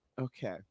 Okay